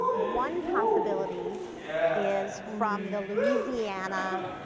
one possibility is from the louisiana.